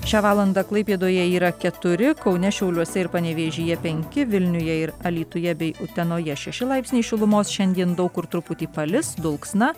šią valandą klaipėdoje yra keturi kaune šiauliuose ir panevėžyje penki vilniuje ir alytuje bei utenoje šeši laipsniai šilumos šiandien daug kur truputį palis dulksna